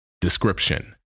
description